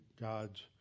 God's